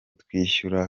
twishyura